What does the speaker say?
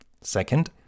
Second